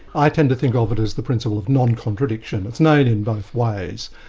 i tend to think of it as the principle of non-contradiction. it's known in both ways,